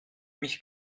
mich